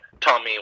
Tommy